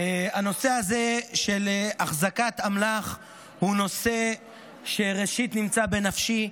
הנושא הזה של אחזקת אמל"ח הוא נושא שנמצא בנפשי,